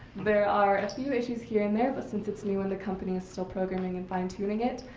there are a few issues here and there, but since it's new and the company is still programming and fine tuning it,